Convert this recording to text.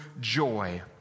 joy